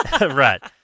Right